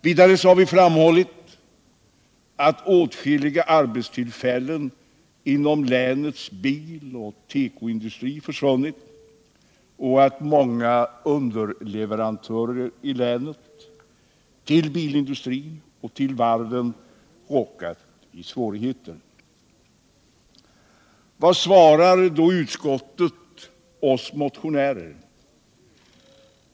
Vidare har vi framhållit att åtskilliga arbetstillfällen inom länets biloch tekoindustri försvunnit och att många underleverantörer i länet till bilindustrin och till varven råkat i svårigheter. Vad svarar då utskottet oss motionärer?